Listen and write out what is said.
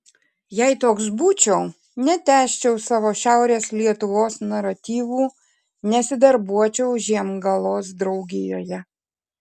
jei toks būčiau netęsčiau savo šiaurės lietuvos naratyvų nesidarbuočiau žiemgalos draugijoje